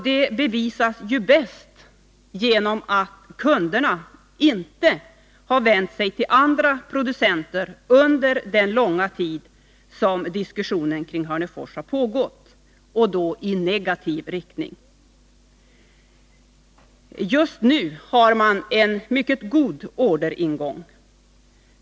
Det bevisas bäst av att kunderna inte har vänt sig till andra producenter under den långa tid som en negativ diskussion kring Hörnefors har pågått. Just nu har man en mycket god orderingång.